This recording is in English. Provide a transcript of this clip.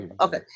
okay